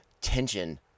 tension